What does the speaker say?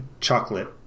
chocolate